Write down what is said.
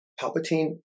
Palpatine